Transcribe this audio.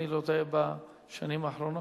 אני גם גאה, אם אני לא טועה, בשנים האחרונות.